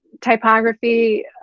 typography